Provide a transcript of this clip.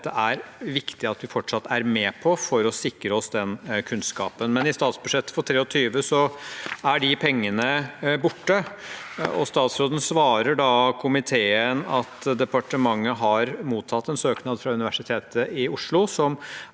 det er viktig at vi fortsatt er med på dette for å sikre oss den kunnskapen, men i statsbudsjettet for 2023 er pengene borte. Statsråden svarer komiteen at departementet har mottatt en søknad fra Universitetet i Oslo,